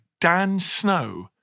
DANSNOW